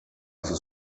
sus